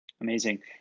Amazing